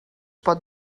pot